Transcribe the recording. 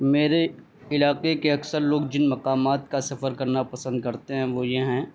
میرے علاقے کے اکثر لوگ جن مقامات کا سفر کرنا پسند کرتے ہیں وہ یہ ہیں